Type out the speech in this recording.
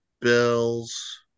Bills